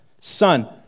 son